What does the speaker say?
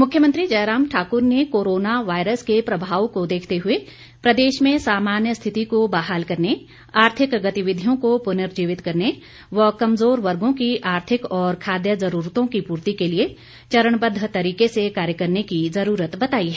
मुख्यमंत्री जयराम ठाक्र ने corona virus के प्रभाव को देखते हुए प्रदेश में सामान्य स्थिति को बहाल करने आर्थिक गतिविधियों को प्नर्जीवित करने व कमजोर वर्गों की आर्थिक और खाद्य ज़रूरतों की पूर्ति के लिए चरणबद्व तरीके से कार्य करने की ज़रूरत बताई है